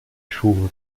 shore